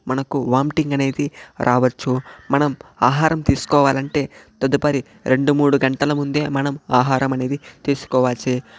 మనకు వాంటింగ్ అనేది రావచ్చు మనం ఆహారం తీసుకోవాలంటే తదుపరి రెండు మూడు గంటల ముందే మనం ఆహారం అనేది తీసుకోవాల్సి